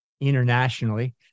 internationally